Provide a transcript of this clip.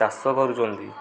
ଚାଷ କରୁଛନ୍ତି